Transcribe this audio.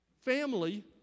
family